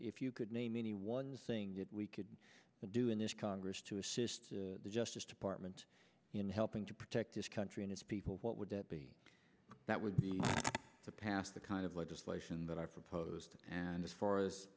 if you could name any one thing that we could do in this congress to assist the justice department in helping to protect this country and its people what would be that would be to pass the kind of legislation that i've proposed and as far as